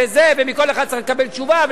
ומכל אחד צריך לקבל תשובה,